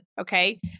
Okay